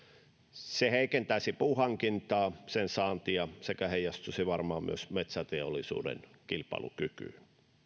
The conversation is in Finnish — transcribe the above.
se heikentäisi puunhankintaa sen saantia sekä heijastuisi varmaan myös metsäteollisuuden kilpailukykyyn